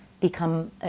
become